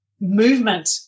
movement